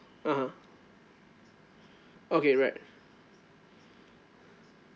(uh huh) okay alright